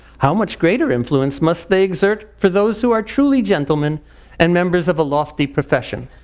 how much greater influence must they exert for those who are truly gentlemen and members of a lofty profession.